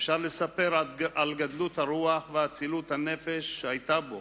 אפשר לספר על גדלות הרוח ואצילות הנפש שהיו בו